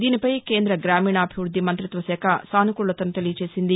దీనిపై కేంద్ర గ్రామీణాభివృద్ధి మంత్రిత్వశాఖ సానుకూలతను తెలియచేసింది